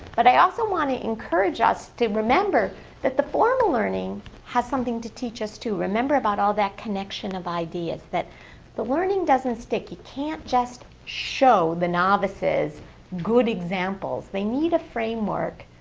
but i also want to encourage us to remember that the formal learning has something to teach us too. remember about all that connection of ideas that the learning doesn't stick. you can't just show the novices novices good examples. they need a framework,